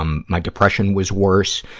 um my depression was worse.